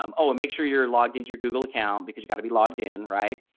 um oh make sure you're logged into your google account because you got to be logged in. right.